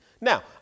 Now